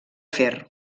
fer